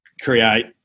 create